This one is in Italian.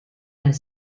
nel